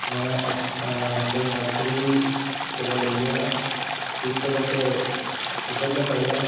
में मतलब नर्सरी कोला लेइयै सिक्स तक उद्धर गै पढ़ेआ